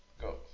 go